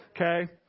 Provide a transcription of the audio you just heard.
Okay